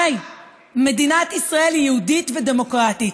יהודית ודמוקרטית.